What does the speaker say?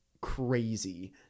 crazy